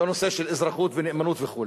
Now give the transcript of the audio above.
בנושא של אזרחות ונאמנות וכו'.